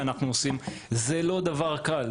וזה לא דבר קל,